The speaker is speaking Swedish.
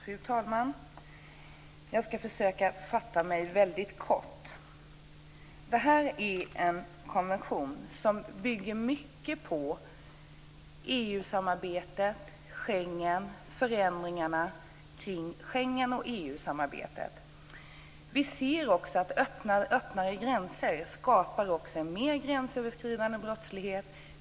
Fru talman! Jag ska försöka fatta mig väldigt kort. Det här är en konvention som bygger mycket på förändringarna kring Schengen och EU-samarbetet. Vi ser också att öppnare och öppnare gränser också skapar en mer gränsöverskridande brottslighet.